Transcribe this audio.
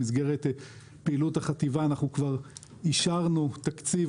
במסגרת פעילות החטיבה אנחנו כבר אישרנו תקציב